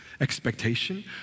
expectation